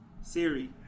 Siri